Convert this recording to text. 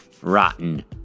Rotten